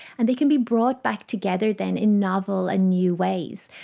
and they can be brought back together then in novel and new ways.